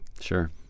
Sure